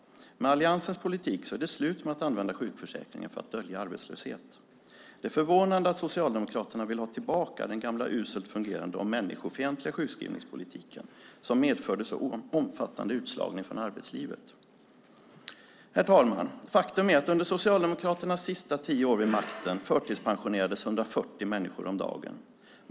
Med alliansens politik är det slut med att använda sjukförsäkringen för att dölja arbetslöshet. Det är förvånande att Socialdemokraterna vill ha tillbaka den gamla uselt fungerande och människofientliga sjukskrivningspolitiken som medförde omfattande utslagning från arbetslivet. Herr talman! Faktum är att under Socialdemokraternas sista tio år vid makten förtidspensionerades 140 människor om dagen.